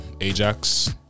Ajax